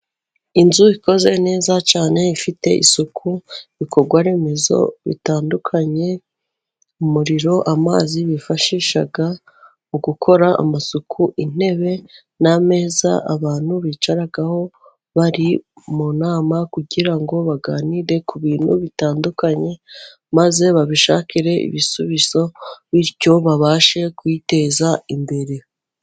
Inzu ikoze neza cyane ifite isuku, ibikorwaremezo bitandukanye, umuriro, amazi, bifashisha mu gukora amasuku. Intebe n'ameza abantu bicaraho bari mu nama, kugira ngo baganire ku bintu bitandukanye, maze babishakire ibisubizo bityo babashe kwiteza imbere.